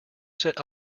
set